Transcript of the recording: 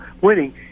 winning